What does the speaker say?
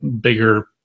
bigger